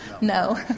No